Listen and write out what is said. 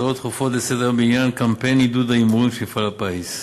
הצעות דחופות לסדר-היום בעניין קמפיין עידוד ההימורים של מפעל הפיס.